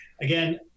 again